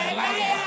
liar